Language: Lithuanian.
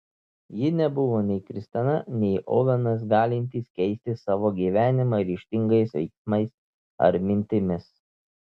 ji nebuvo nei kristina nei ovenas galintys keisti savo gyvenimą ryžtingais veiksmais ar mintimis